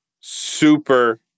super